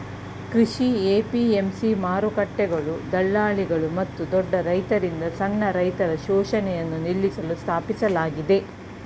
ಕೃಷಿ ಎ.ಪಿ.ಎಂ.ಸಿ ಮಾರುಕಟ್ಟೆಗಳು ದಳ್ಳಾಳಿಗಳು ಮತ್ತು ದೊಡ್ಡ ರೈತರಿಂದ ಸಣ್ಣ ರೈತರ ಶೋಷಣೆಯನ್ನು ನಿಲ್ಲಿಸಲು ಸ್ಥಾಪಿಸಲಾಗಿದೆ